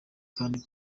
kandi